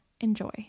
enjoy